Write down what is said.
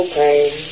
pain